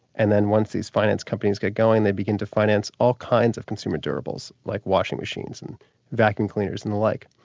and then once these finance companies get going they begin to finance all kinds of consumer durables, like washing machines and vacuum cleaners and the like,